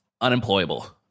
unemployable